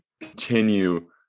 continue